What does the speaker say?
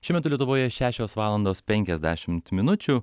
šiuo metu lietuvoje šešios valandos pnekiasdešimt minučių